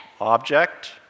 Object